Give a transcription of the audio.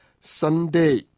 Sunday